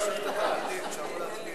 הצעת סיעות בל"ד חד"ש רע"ם-תע"ל להביע